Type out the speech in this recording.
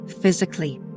physically